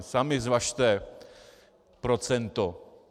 Sami zvažte procento.